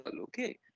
okay